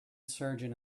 surgeon